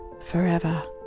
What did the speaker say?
Forever